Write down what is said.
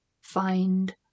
find